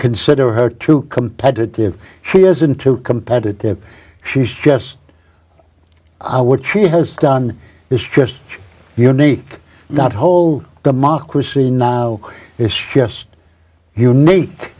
consider her too competitive she isn't too competitive she's just what she has done is just unique not whole democracy now it's just